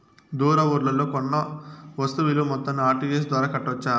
దూర ఊర్లలో కొన్న వస్తు విలువ మొత్తాన్ని ఆర్.టి.జి.ఎస్ ద్వారా కట్టొచ్చా?